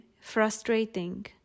frustrating